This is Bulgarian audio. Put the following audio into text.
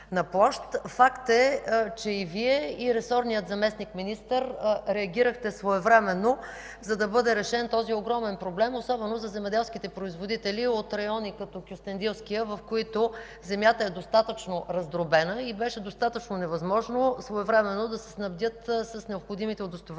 Факт е, че Вие и ресорният заместник-министър реагирахте своевременно, за да бъде решен този огромен проблем, особено за земеделските производители от райони като Кюстендилския, в които земята е достатъчно раздробена и беше достатъчно невъзможно своевременно да се снабдят с необходимите удостоверения